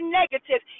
negative